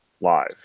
live